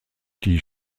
die